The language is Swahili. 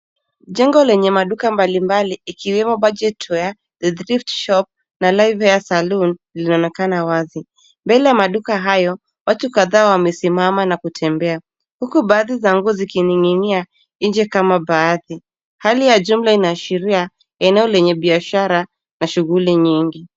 Jengo lenye maduka mbalimbali ikiwemo budget wear the thrift shop na live hair saloon linaonekana wazi. Mbele ya maduka hayo, watu wamesimama na kutembea huku baadhi ya nguo zikining'inia nje kama baadhi. Hali ya jumla inaashiria eneo lenye biashara na shughuli nyingi.